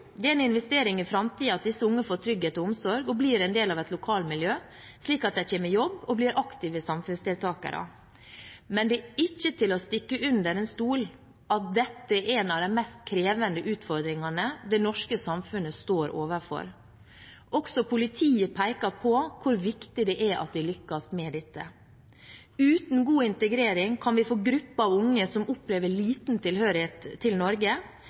Det er en investering i framtiden at disse unge får trygghet og omsorg og blir en del av et lokalmiljø, slik at de kommer i jobb og blir aktive samfunnsdeltakere, men det er ikke til å stikke under stol at dette er en av de mest krevende utfordringene det norske samfunnet står overfor. Også politiet peker på hvor viktig det er at vi lykkes med dette. Uten god integrering kan vi få grupper av unge som opplever liten tilhørighet til Norge